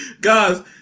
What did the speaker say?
guys